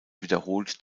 wiederholt